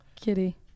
kitty